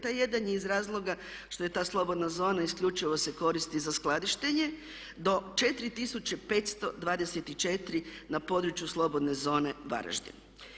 Taj jedan je iz razloga što je ta slobodna zona isključivo se koristi za skladištenje do 4524 na području slobodne zone Varaždin.